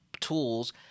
tools